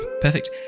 perfect